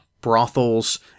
brothels